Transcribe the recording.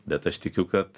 bet aš tikiu kad